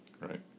Right